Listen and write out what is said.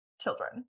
children